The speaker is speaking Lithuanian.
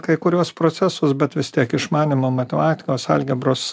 kai kuriuos procesus bet vis tiek išmanymo matematikos algebros